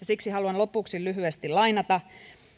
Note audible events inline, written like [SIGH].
[UNINTELLIGIBLE] siksi haluan lopuksi lyhyesti lainata